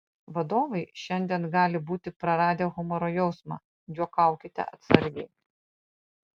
vadovai šiandien gali būti praradę humoro jausmą juokaukite atsargiai